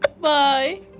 Bye